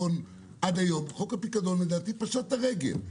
חוק הפיקדון פשט את הרגל.